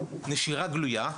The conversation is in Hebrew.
נשירה גלויה,